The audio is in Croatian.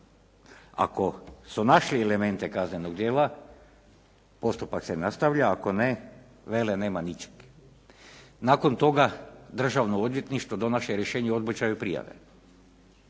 Ako su našli elemente kaznenog djela postupak se nastavlja, ako ne vele nema ničeg. Nakon toga državno odvjetništvo donaša rješenje o odbačaju prijave.